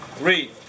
Read